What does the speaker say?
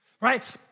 right